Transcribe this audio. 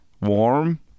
warm